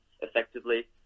effectively